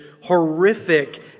horrific